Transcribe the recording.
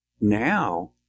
now